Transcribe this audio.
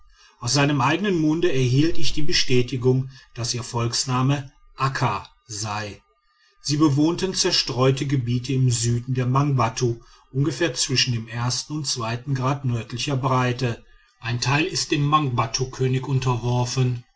aus seinem eigenen munde erhielt ich die bestätigung daß ihr volksname akka sei sie bewohnten zerstreute gebiete im süden der mangbattu ungefähr zwischen dem und grad nördlicher breite ein teil ist dem mangbattukönig unterworfen